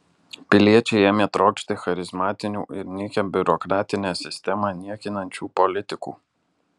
piliečiai ėmė trokšti charizmatinių ir nykią biurokratinę sistemą niekinančių politikų